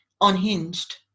unhinged